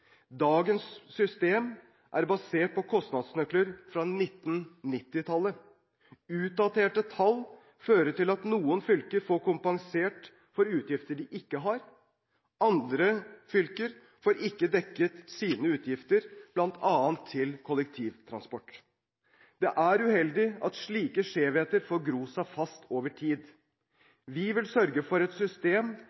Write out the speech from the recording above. Dagens system er basert på kostnadsnøkler fra 1990-tallet. Utdaterte tall fører til at noen fylker får kompensert for utgifter de ikke har. Andre fylker får ikke dekket sine utgifter, bl.a. til kollektivtransport. Det er uheldig at slike skjevheter får gro seg fast over tid.